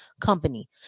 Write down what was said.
company